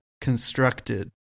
constructed